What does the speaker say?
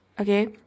Okay